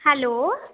hello